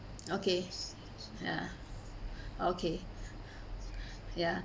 okay ya okay ya